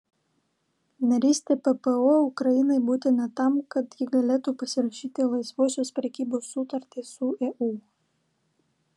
narystė ppo ukrainai būtina tam kad ji galėtų pasirašyti laisvosios prekybos sutartį su eu